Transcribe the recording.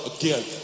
again